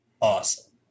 awesome